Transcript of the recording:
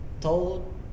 told